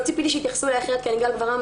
ציפיתי שיתייחסו אלי אחרת כי אני גל גברעם.